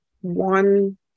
one